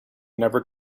never